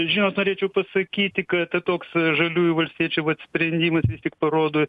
žinot norėčiau pasakyti kad toks žaliųjų valstiečių vat sprendimas tik parodo